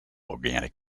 organic